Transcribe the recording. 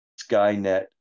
Skynet